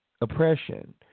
oppression